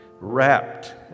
wrapped